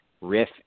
riff